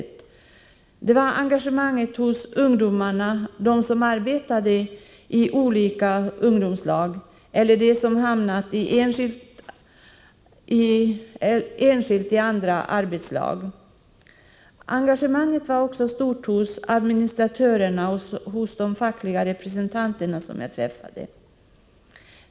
Jag mötte ett stort engagemang hos de ungdomar som arbetade i ungdomslag och hos dem som hamnat i andra arbetslag, men engagemanget var också stort hos de administratörer och fackliga representanter som jag träffade.